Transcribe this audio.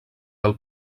del